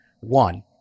One